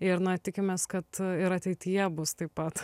ir na tikimės kad ir ateityje bus taip pat